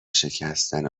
شکستن